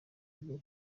rye